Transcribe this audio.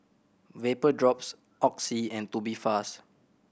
Vapodrops Oxy and Tubifast